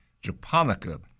Japonica